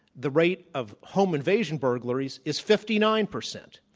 the rate of home invasion burglaries is fifty nine percent.